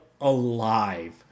alive